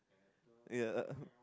yeah